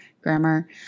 grammar